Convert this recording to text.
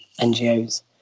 NGOs